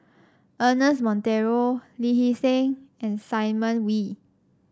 Ernest Monteiro Lee Hee Seng and Simon Wee